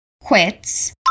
quits